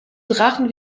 drachen